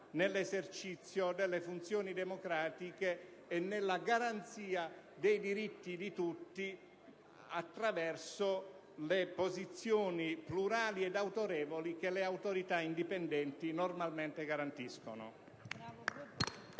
nell'esercizio delle funzioni democratiche e nella garanzia dei diritti di tutti attraverso le posizioni plurali ed autorevoli che le autorità indipendenti normalmente garantiscono.